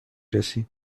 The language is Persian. رسی